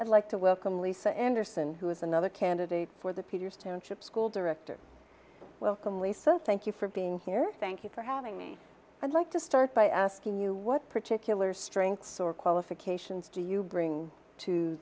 i'd like to welcome lisa anderson who is another candidate for the future township school directors welcome lee so thank you for being here thank you for having me i'd like to start by asking you what particular strengths or qualifications do you bring to